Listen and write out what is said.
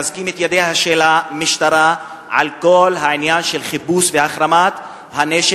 אנו מחזקים את ידיה של המשטרה על כל העניין של חיפוש והחרמת הנשק.